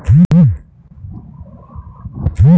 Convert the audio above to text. ethical ব্যাংকিংয়ে ছব লকগিলা লিয়ম মালে ব্যাংক ক্যরে